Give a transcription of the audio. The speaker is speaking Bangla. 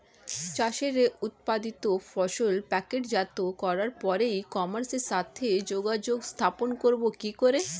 চাষের উৎপাদিত ফসল প্যাকেটজাত করার পরে ই কমার্সের সাথে যোগাযোগ স্থাপন করব কি করে?